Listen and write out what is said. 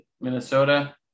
Minnesota